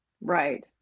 Right